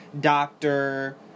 doctor